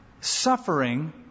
Suffering